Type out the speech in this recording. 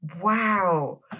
wow